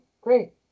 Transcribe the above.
great